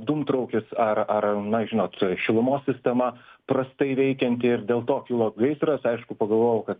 dūmtraukis ar ar na žinot šilumos sistema prastai veikianti ir dėl to kilo gaisras aišku pagalvojau kad